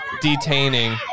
detaining